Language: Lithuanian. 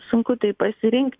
sunku tai pasirinkt